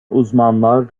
uzmanlar